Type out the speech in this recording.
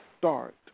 start